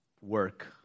work